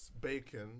bacon